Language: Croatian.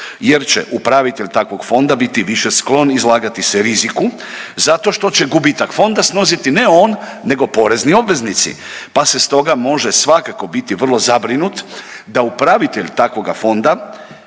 jer će upravitelj takvog fonda biti više sklon izlagati se riziku, zato što će gubitak fonda snositi ne on, nego porezni obveznici pa se stoga može svakako biti vrlo zabrinut da upravitelj takvoga fonda